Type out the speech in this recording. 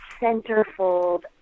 centerfold